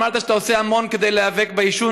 אמרת שאתה עושה המון כדי להיאבק בעישון,